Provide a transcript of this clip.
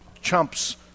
chumps